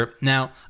Now